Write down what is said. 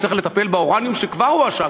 צריך לטפל באורניום שכבר הועשר,